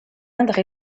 indre